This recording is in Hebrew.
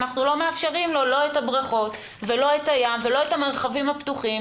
אנחנו לא מאפשרים לו לא את הבריכות ולא את הים ולא את המרחבים הפתוחים,